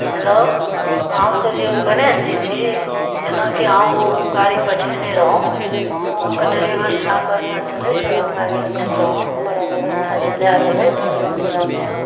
hello हँ कहियौ गणेश जी छी जेनाकि अहाँ ओ गाड़ी पठेने रहौं तऽ ओ अहाँके ड्राइवर साहब बढ़िऑं छलथि दरभंगा गेल छलहुॅं हम बड़ा व्यवस्था सँ लै गेलैथि बड़ इंतजाम सँ